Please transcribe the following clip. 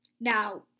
now